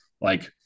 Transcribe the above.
like-